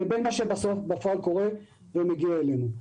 לבין מה שבסוף קורה בפועל ומגיע אלינו.